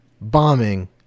Bombing